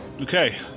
Okay